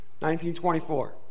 1924